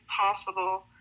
possible